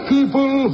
People